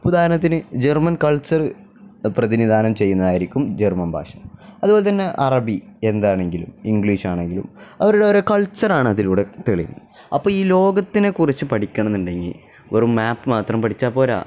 ഉദാഹരണത്തിന് German culture പ്രതിനിധാനം ചെയ്യുന്നതായിരിക്കും ജർമ്മൻ ഭാഷ അതുപോലെ തന്നെ അറബി എന്താണെങ്കിലും ഇംഗ്ലീഷാണെങ്കിലും അവരുടെ ഓരോ കൾച്ചറാണ് അതിലൂടെ തെളിയുന്നത് അപ്പോള് ഈ ലോകത്തിനെക്കുറിച്ച് പഠിക്കണമെന്നുണ്ടെങ്കില് ഒരു മാപ്പ് മാത്രം പഠിച്ചാല്പ്പോരാ